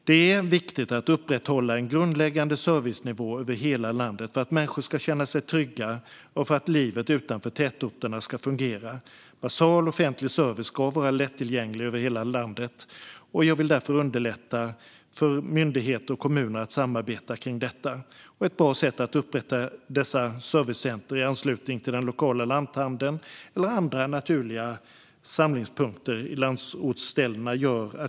Det är viktigt att upprätthålla en grundläggande servicenivå över hela landet för att människor ska känna sig trygga och för att livet utanför tätorterna ska fungera. Basal och offentlig service ska vara lättillgänglig över hela landet, och jag vill därför underlätta för myndigheter och kommuner att samarbeta kring detta. Ett bra sätt är att upprätta servicecenter i anslutning till den lokala lanthandeln eller andra naturliga samlingspunkter i landsorten.